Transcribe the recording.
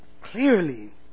clearly